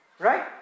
Right